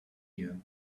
you